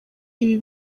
ibi